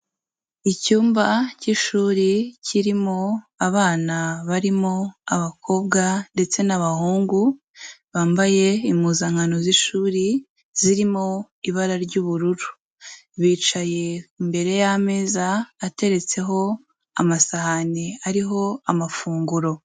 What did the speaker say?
Icyumba cy'ishuri kirimo abana barimo abakobwa ndetse n'abahungu, bambaye impuzankano z'ishuri, zirimo ibara ry'ubururu. bicaye imbere y'ameza ateretseho amasahani ariho amafunguro.